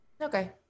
Okay